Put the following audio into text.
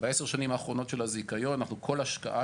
בעשר השנים האחרונות של הזיכיון כל השקעה